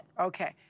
Okay